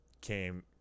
came